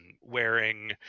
Wearing